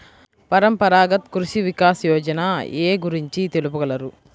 పరంపరాగత్ కృషి వికాస్ యోజన ఏ గురించి తెలుపగలరు?